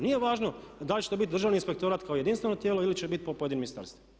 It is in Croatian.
Nije važno da li će to biti Državni inspektorat kao jedinstveno tijelo ili će biti po pojedinim ministarstvima.